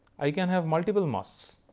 i can have multiple masks.